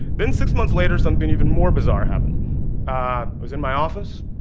then, six months later, something even more bizarre happened. i was in my office,